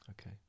Okay